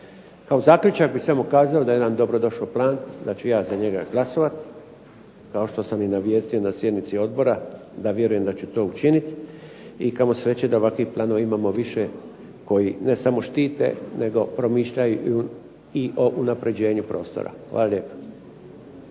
Kao zaključak bih samo kazao da je jedan dobrodošao plan, da ću ja za njega glasovat kao što sam i na sjednici odbora da vjerujem da će to učinit i kamo sreće da ovakvih planova imamo više, koji ne samo štite nego promišljaju i o unapređenju prostora. Hvala lijepa.